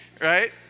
right